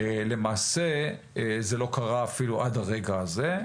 למעשה זה לא קרה אפילו עד רגע זה.